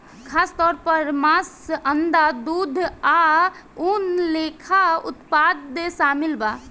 खासतौर पर मांस, अंडा, दूध आ ऊन लेखा उत्पाद शामिल बा